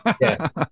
Yes